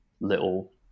little